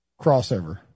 crossover